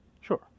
sure